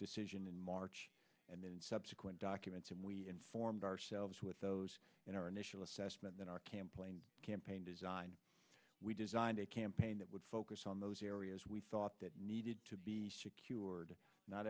decision in march and then subsequent documents and we informed ourselves with those in our initial assessment in our camp plane campaign designed we designed a campaign that would focus on those areas we thought that needed to be cured not